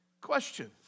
questions